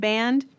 Band